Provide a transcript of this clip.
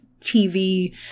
tv